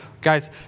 Guys